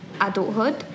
adulthood